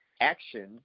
action